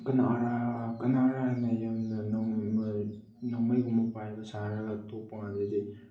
ꯀꯅꯥꯔꯥ ꯀꯅꯥꯔꯥꯅ ꯍꯥꯏꯅ ꯌꯦꯡꯕꯗ ꯅꯣꯡꯃꯩꯒꯨꯝꯕ ꯄꯥꯏꯕ ꯁꯥꯔꯒ ꯊꯣꯛꯄꯀꯥꯟꯗꯗꯤ